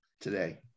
today